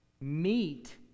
meet